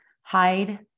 Hide